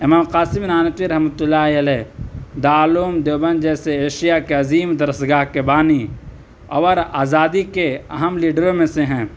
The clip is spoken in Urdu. امام قاسم نانوتوی رحمتہ اللّہ علیہ دارالعلوم دیوبند جیسے ایشیا کے عظیم درس گاہ کے بانی اور آزادی کے اہم لیڈروں میں سے ہیں